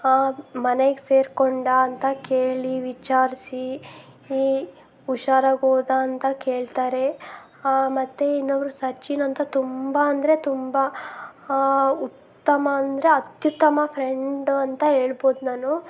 ಮನೇಗೆ ಸೇರ್ಕೊಂಡ್ಯಾ ಅಂತ ಕೇಳಿ ವಿಚಾರಿಸಿ ಹೀ ಹುಷಾರಾಗಿ ಹೋದ್ಯಾ ಅಂತ ಕೇಳ್ತಾರೆ ಮತ್ತು ಇನ್ನೊಬ್ಬರು ಸಚಿನ್ ಅಂತ ತುಂಬ ಅಂದರೆ ತುಂಬ ಉತ್ತಮ ಅಂದರೆ ಅತ್ಯುತ್ತಮ ಫ್ರೆಂಡು ಅಂತ ಹೇಳ್ಬೋದು ನಾನು